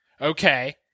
Okay